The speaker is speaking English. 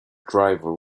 driver